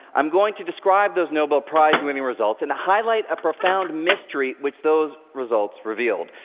i'm going to describe those nobel prize-winning results and to highlight a profound mystery which those results revealed.